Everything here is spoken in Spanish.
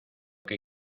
que